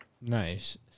nice